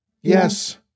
Yes